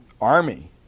army